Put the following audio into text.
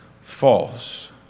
false